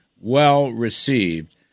well-received